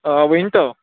آ ؤنۍتو